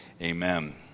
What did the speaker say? amen